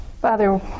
Father